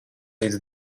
līdz